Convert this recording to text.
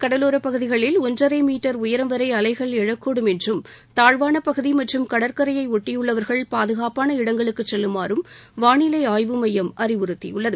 கடலோப்பகுதிகளில் ஒன்றரை மீட்டர் உயரம் வரை அலைகள் எழக்கூடும் என்றும் தாழ்வான பகுதி மற்றும் கடற்கரையை அட்டியுள்ளவர்கள் பாதுகாப்பான இடங்களுக்கு செல்லுமாறும் வானிலை ஆய்வு மையம் அறிவுறுத்தியுள்ளது